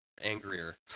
angrier